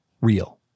real